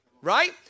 right